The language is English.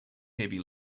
heavy